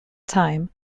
time